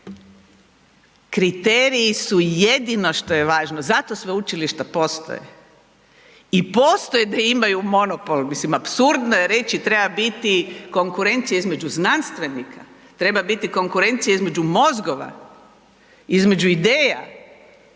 Kriteriji su jedino što je važno. Zato sveučilišta postoje. I postoje da imaju monopol, mislim apsurdno je reći treba biti konkurencija između znanstvenika, treba biti konkurencija između mozgova, između ideja,